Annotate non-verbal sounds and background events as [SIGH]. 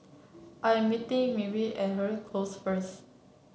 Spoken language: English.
I am meeting [UNINTELLIGIBLE] Close first